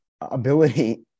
ability